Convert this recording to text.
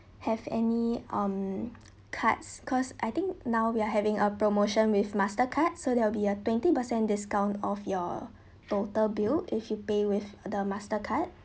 have any um cards cause I think now we are having a promotion with mastercard so there will be a twenty percent discount off your total bill if you pay with the mastercard